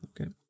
okay